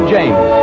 James